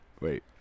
wait